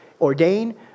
ordain